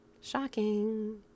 Shocking